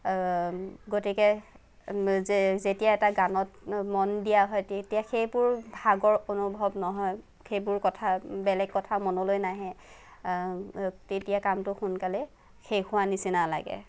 গতিকে যেতিয়া এটা গানত মন দিয়া হয় তেতিয়া সেইবোৰ ভাগৰ অনুভৱ নহয় সেইবোৰ কথা বেলেগ কথা মনলৈ নাহে তেতিয়া কামটো সোনকালে শেষ হোৱা নিচিনা লাগে